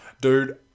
Dude